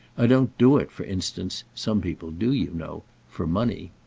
i don't do it, for instance some people do, you know for money.